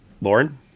Lauren